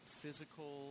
physical